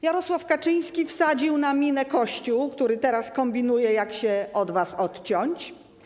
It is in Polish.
Jarosław Kaczyński wsadził na minę Kościół, który teraz kombinuje, jak się od was odciąć.